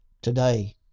today